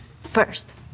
first